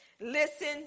Listen